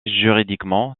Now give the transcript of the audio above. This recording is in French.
juridiquement